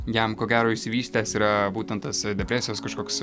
jam ko gero išsivystęs yra būtent tas depresijos kažkoks